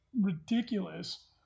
ridiculous